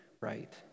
right